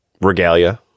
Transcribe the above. regalia